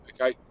okay